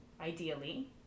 ideally